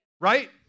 right